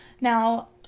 Now